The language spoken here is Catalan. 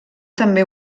també